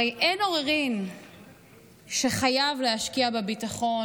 הרי אין עוררין שחייבים להשקיע בביטחון,